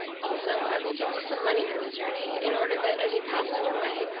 also, i will give you some money for the journey, in order that, as you pass on your way,